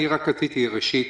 ראשית,